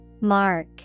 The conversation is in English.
Mark